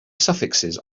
suffixes